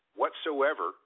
whatsoever